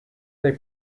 they